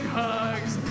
hugs